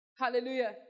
Hallelujah